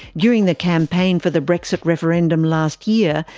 during the campaign for the brexit referendum last year,